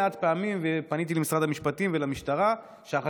פניתי למשרד המשפטים ולמשטרה כי ראיתי שלא מעט